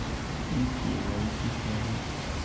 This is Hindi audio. ई के.वाई.सी क्या है?